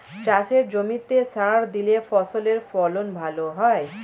চাষের জমিতে সার দিলে ফসলের ফলন ভালো হয়